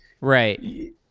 Right